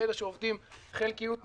באלה שעובדים בחלקיות משרה,